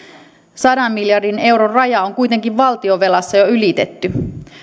sadan miljardin euron raja on kuitenkin valtionvelassa jo ylitetty